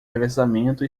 revezamento